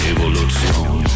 Evolution